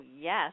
yes